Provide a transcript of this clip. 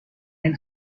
این